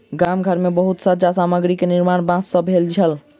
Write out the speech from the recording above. गाम घर मे बहुत सज्जा सामग्री के निर्माण बांस सॅ भेल छल